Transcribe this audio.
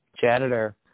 janitor